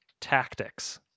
tactics